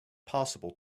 possible